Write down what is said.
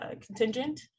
contingent